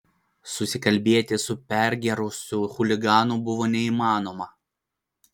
susikalbėti su pergėrusiu chuliganu buvo neįmanoma